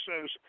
says